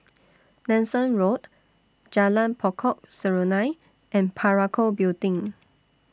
Nanson Road Jalan Pokok Serunai and Parakou Building